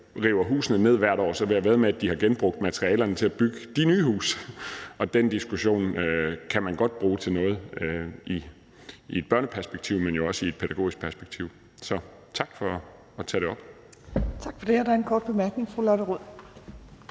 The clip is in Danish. river husene ned hvert år? Så vil jeg vædde med, at de har genbrugt materialerne til at bygge de nye huse. Og den diskussion kan man godt bruge til noget i et børneperspektiv, men jo også i et pædagogisk perspektiv. Så tak for at tage det op. Kl. 14:47 Tredje næstformand (Trine